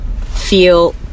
feel